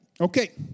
Okay